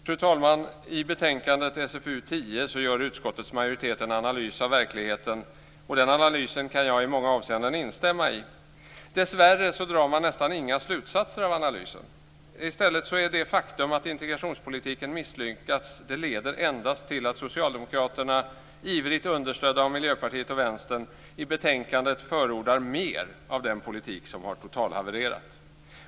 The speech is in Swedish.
Fru talman! I betänkandet SfU10 gör utskottets majoritet en analys av verkligheten. Den analysen kan jag i många avseenden instämma i. Dessvärre drar man nästan inga slutsatser av analysen. Det faktum att integrationspolitiken misslyckats leder i stället endast till att Socialdemokraterna, ivrigt understödda av Miljöpartiet och Vänstern, i betänkandet förordar mer av den politik som har totalhavererat.